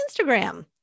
Instagram